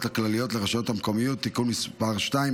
הכלליות לרשויות המקומיות (תיקון מס' 2),